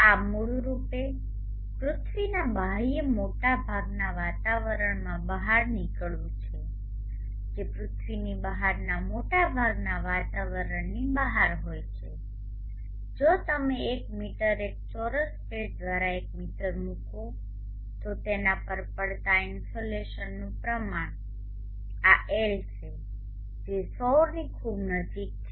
આ મૂળરૂપે પૃથ્વીના બાહ્ય મોટાભાગના વાતાવરણમાં બહાર નીકળવું છે જે પૃથ્વીની બહારના મોટા ભાગના વાતાવરણની બહાર હોય છે જો તમે એક મીટર એક ચોરસ પ્લેટ દ્વારા એક મીટર મૂકો છો તો તેના પર પડતા ઇનસોલેશનનું પ્રમાણ આ L છે જે સૌરની ખૂબ નજીક છે